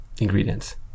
ingredients